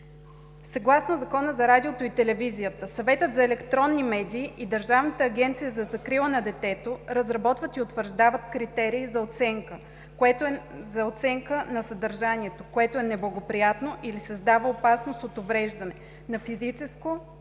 Съгласно Закона за радиото и телевизията Съветът за електронни медии и Държавната агенция за закрила на детето разработват и утвърждават критерии за оценка на съдържанието, което е неблагоприятно или създава опасност от увреждане на физическо,